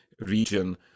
region